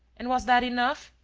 and was that enough?